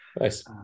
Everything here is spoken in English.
Nice